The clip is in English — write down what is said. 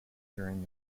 during